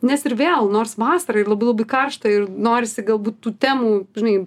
nes ir vėl nors vasara ir labai labai karšta ir norisi galbūt tų temų žinai